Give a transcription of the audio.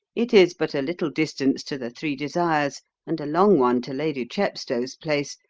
it is but a little distance to the three desires and a long one to lady chepstow's place,